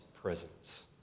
presence